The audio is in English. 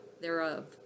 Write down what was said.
thereof